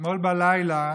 אתמול בלילה,